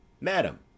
madam